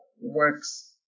Works